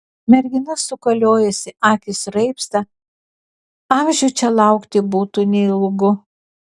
mergina sukaliojasi akys raibsta amžių čia laukti būtų neilgu